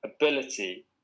ability